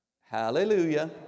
Hallelujah